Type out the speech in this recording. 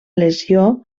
lesió